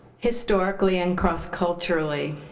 historically and cross-culturally,